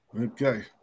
Okay